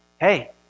hey